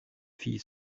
fille